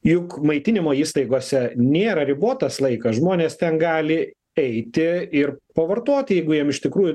juk maitinimo įstaigose nėra ribotas laikas žmonės ten gali eiti ir pavartoti jeigu jiem iš tikrųjų